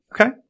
Okay